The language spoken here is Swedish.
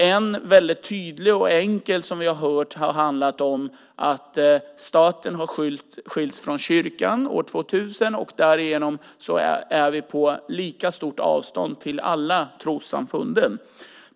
En väldigt tydlig och enkel förklaring som vi har hört har handlat om att staten skildes från kyrkan år 2000 och att vi därigenom är på lika stort avstånd till alla trossamfund.